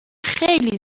خیلی